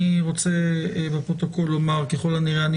אני רוצה לומר לפרוטוקול: ככל הנראה אני